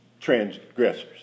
transgressors